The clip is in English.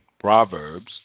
Proverbs